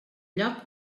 lloc